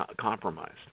compromised